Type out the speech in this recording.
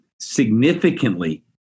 significantly